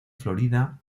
florida